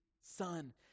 Son